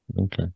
okay